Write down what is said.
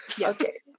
Okay